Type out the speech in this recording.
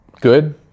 good